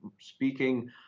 speaking